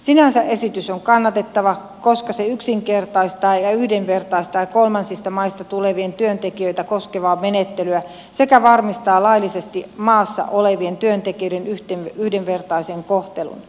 sinänsä esitys on kannatettava koska se yksinkertaistaa ja yhdenvertaistaa kolmansista maista tulevia työntekijöitä koskevaa menettelyä sekä varmistaa laillisesti maassa olevien työntekijöiden yhdenvertaisen kohtelun